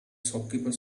shopkeeper